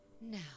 Now